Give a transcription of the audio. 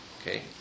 okay